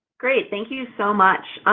great, thank you so much.